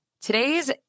today's